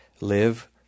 Live